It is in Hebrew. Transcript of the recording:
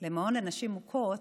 למעון לנשים מוכות,